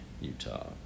Utah